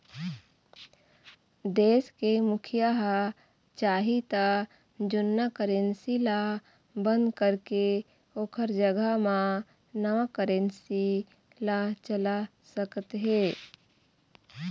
देश के मुखिया ह चाही त जुन्ना करेंसी ल बंद करके ओखर जघा म नवा करेंसी ला चला सकत हे